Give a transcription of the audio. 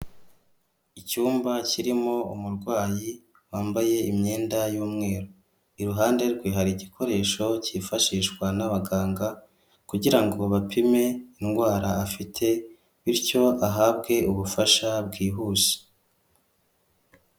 Icyumba kirimo umurwayi wambaye imyenda y'umweru, iruhande rwe hari igikoresho cyifashishwa n'abaganga kugira bapime indwara afite bityo ahabwe ubufasha bwihuse.